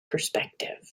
perspective